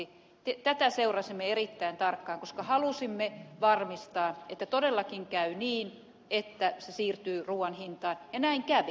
tätä seurasimme erittäin tarkkaan koska halusimme varmistaa että todellakin käy niin että se siirtyy ruuan hintaan ja näin kävi